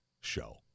show